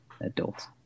Adults